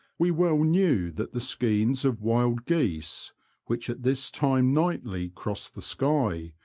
we well knew that the skeins of wild geese which at this time nightly cross the sky,